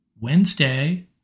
Wednesday